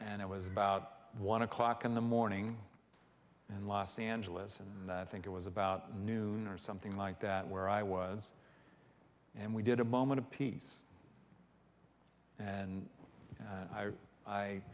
and it was about one o'clock in the morning in los angeles and i think it was about noon or something like that where i was and we did a moment of peace and